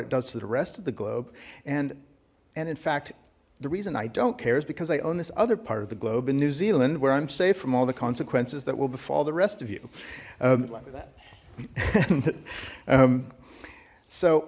it does to the rest of the globe and and in fact the reason i don't care is because i own this other part of the globe in new zealand where i'm safe from all the consequences that will befall the rest of you